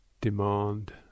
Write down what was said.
demand